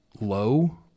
low